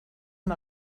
amb